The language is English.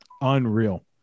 Unreal